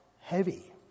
heavy